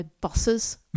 buses